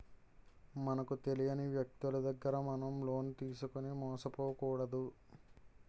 మనకు తెలియని వ్యక్తులు దగ్గర మనం లోన్ తీసుకుని మోసపోకూడదు